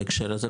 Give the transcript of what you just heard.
בהקשר הזה,